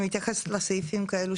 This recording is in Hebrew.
אני מתייחסת לסעיפים.